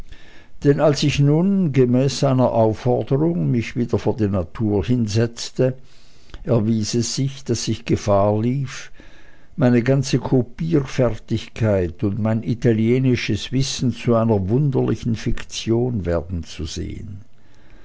denn als ich nun gemäß seiner aufforderung mich wieder vor die natur hinsetzte erwies es sich daß ich gefahr lief meine ganze kopierfertigkeit und mein italienisches wissen zu einer wunderlichen fiktion werden zu sehen